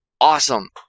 awesome